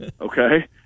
okay